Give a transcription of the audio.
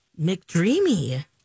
McDreamy